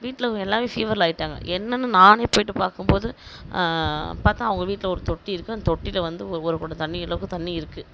வீட்லவுங்க எல்லாருமே ஃபீவரில் ஆயிட்டாங்க என்னன்னு நானே போயிட்டு பார்க்கும்போது பார்த்தா அவங்க வீட்டில் ஒரு தொட்டி இருக்குது அந் தொட்டியில் வந்து ஓ ஒரு குடம் தண்ணீர் அளவுக்கு தண்ணீர் இருக்குது